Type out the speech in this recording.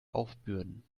aufbürden